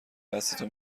دستتو